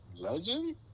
legend